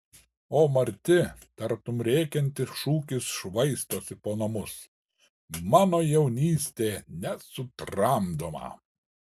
o marti tartum rėkiantis šūkis švaistosi po namus mano jaunystė nesutramdoma